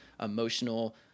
emotional